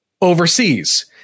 overseas